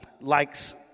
likes